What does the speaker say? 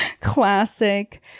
classic